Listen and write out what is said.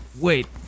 Wait